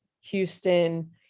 Houston